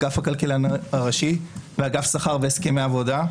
אגף הכלכלן הראשי ואגף שכר והסכמי עבודה.